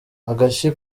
agashyi